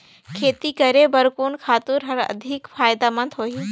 खेती करे बर कोन खातु हर अधिक फायदामंद होही?